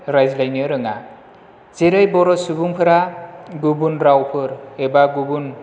रायज्लायनो रोङा जेरै बर' सुबुंफोरा गुबुन रावफोर एबा गुबुन